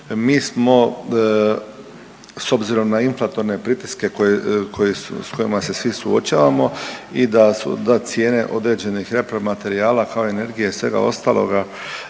Mi smo s obzirom na inflatorne pritiske s kojima se svi suočavamo i da cijene određenih repromaterijala kao i energije i svega ostaloga